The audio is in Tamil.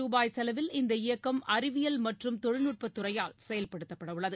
ரூபாய் செலவில் இந்த இயக்கம் அறிவியல் மற்றும் தொழில்நுட்ப துறையால் செயல்படுத்தப்பட உள்ளது